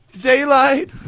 daylight